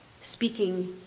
speaking